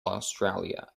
australia